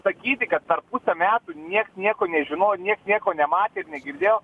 sakyti kad per pusę metų nieks nieko nežinojo nieks nieko nematė ir negirdėjo